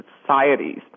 societies